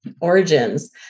origins